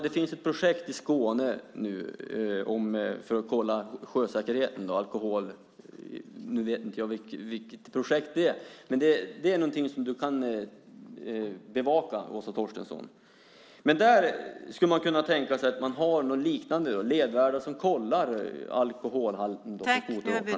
Det finns ett projekt i Skåne för att kolla sjösäkerhet och alkohol. Det är något som statsrådet kan bevaka. Man skulle kunna tänka sig att ha något liknande i fjällen, med ledvärdar som kollar skoteråkarnas alkoholhalt.